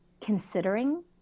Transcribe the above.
considering